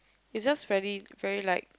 it's just really very like